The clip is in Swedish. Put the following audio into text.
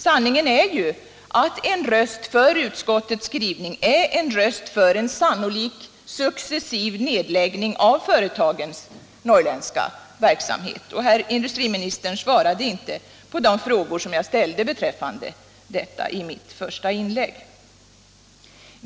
Sanningen är ju den att en röst för utskottets skrivning är en röst för en sannolik successiv nedläggning av företagens norrländska verksamhet. Herr industriministern svarade inte heller på de frågor som jag ställde i mitt första inlägg beträffande detta.